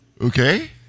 Okay